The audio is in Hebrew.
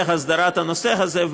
להסדרת הנושא הזה,